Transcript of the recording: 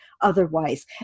otherwise